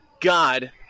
God